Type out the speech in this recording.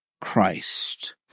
Christ